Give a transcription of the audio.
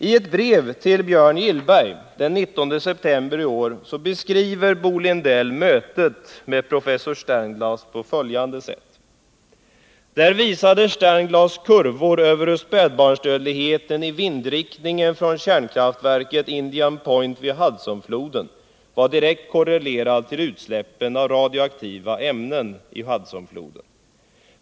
I ett brev till Björn Gillberg den 19 september 1979 beskriver Bo Lindell mötet med professor Sternglass på följande sätt: ”Där visade Sternglass kurvor över hur spädbarnsdödligheten i vindriktningen från kärnkraftverket Indian Point vid Hudsonfloden var direkt korrelerad till utsläppen av radioaktiva ämnen i Hudsonfloden.